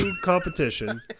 competition